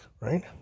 Right